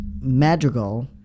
Madrigal